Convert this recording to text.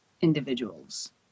individuals